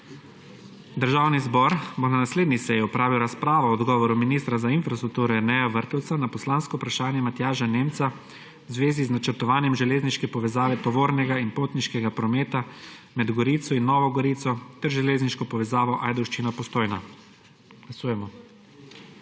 Državni zbor bo na naslednji seji opravil razpravo o odgovoru ministra za infrastrukturo Jerneja Vrtovca na poslansko vprašanje Matjaža Nemca v zvezi z načrtovanjem železniške povezave tovornega in potniškega prometa med Gorico in Novo Gorico ter železniško povezavo Ajdovščina–Postojna.